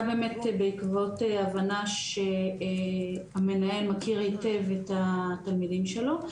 באמת בעקבות הבנה שהמנהל מכיר היטב את התלמידים שלו,